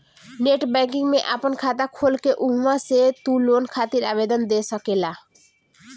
net banking में आपन खाता खोल के उहवा से तू लोन खातिर आवेदन दे सकेला